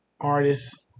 Artists